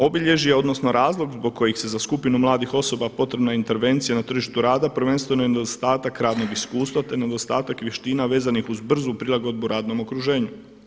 Obilježje odnosno razlog zbog kojih se za skupinu mladih osoba potrebna intervencija na tržištu rada, prvenstveno nedostatak radnog iskustva, te nedostatak vještina vezanih uz brzu prilagodbu radnom okruženju.